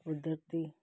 ਕੁਦਰਤੀ